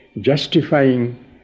justifying